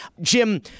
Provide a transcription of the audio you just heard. Jim